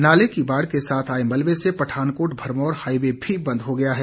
नाले की बाढ़ के साथ आए मलबे से पठानकोट भरमौर हाईवे भी बंद हो गया है